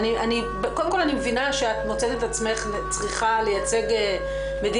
קודם כל אני מבינה שאת מוצאת את עצמך צריכה לייצג מדיניות,